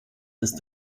ist